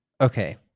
Okay